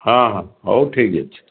ହଁ ହଁ ହଉ ଠିକ୍ ଅଛି